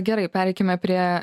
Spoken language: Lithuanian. gerai pereikime prie